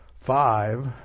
five